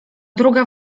druga